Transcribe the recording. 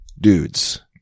dudes